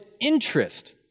interest